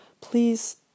please